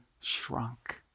shrunk